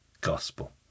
gospel